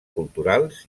culturals